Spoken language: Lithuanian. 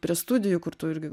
prie studijų kur tu irgi